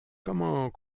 comment